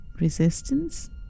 Resistance